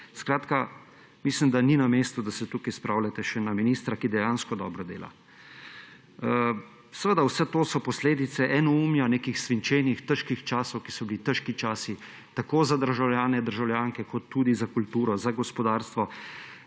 prestopov. Mislim, da ni na mestu, da se tukaj spravljate še na ministra, ki dejansko dobro dela. Vse to so posledice enoumja nekih svinčenih, težkih časov, ki so bili težki časi tako za državljane in državljanke kot tudi za kulturo, za gospodarstvo;